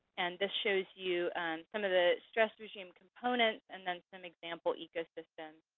and this shows you some of the stress regime components and then some example ecosystems.